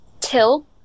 Till